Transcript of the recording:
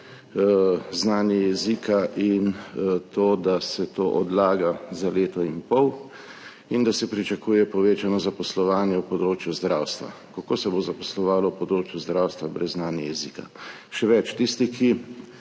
znanje jezika in to, da se to odlaga za leto in pol, in da se pričakuje povečano zaposlovanje v področju zdravstva. Kako se bo zaposlovalo v področju zdravstva brez znanja jezika? Še več, tisti, ki